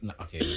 okay